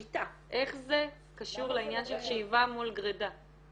איך זה קשור לעניין שאיבה מול גרידה,